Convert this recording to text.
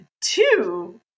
two